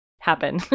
happen